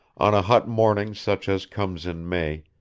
on a hot morning such as comes in may,